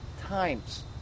times